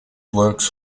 works